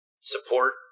Support